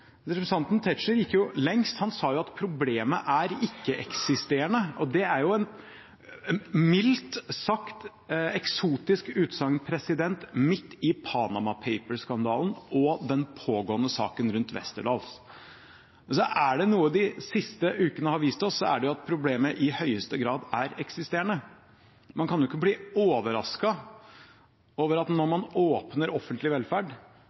Representanten Tetzschner gikk lengst. Han sa at problemet er ikke-eksisterende. Det er et mildt sagt eksotisk utsagn midt i Panama Papers-skandalen og den pågående saken rundt Westerdals. Er det noe de siste ukene har vist oss, er det at problemet i høyeste grad er eksisterende. Man kan jo ikke bli overrasket over når man åpner offentlig velferd